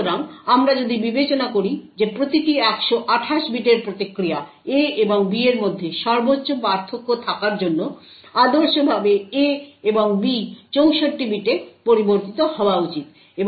সুতরাং আমরা যদি বিবেচনা করি যে প্রতিটি 128 বিটের প্রতিক্রিয়া A এবং B এর মধ্যে সর্বোচ্চ পার্থক্য থাকার জন্য আদর্শভাবে A এবং B 64 বিটে পরিবর্তিত হওয়া উচিত